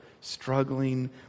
struggling